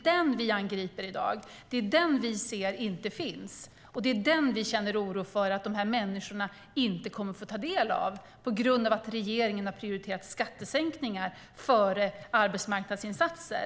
Det vi angriper i dag är att den inte finns, och vi känner oro för att dessa människor inte kommer att få ta del av den på grund av att regeringen har prioriterat skattesänkningar före arbetsmarknadsinsatser.